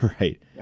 Right